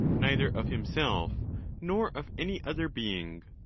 neither of himself nor of any other being!